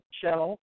channel